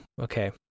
okay